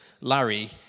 Larry